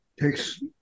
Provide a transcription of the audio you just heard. takes